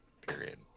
Period